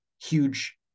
huge